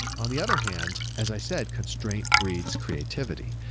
on the other hand, as i said, constraint breeds creativity.